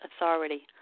authority